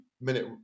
minute